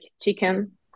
chicken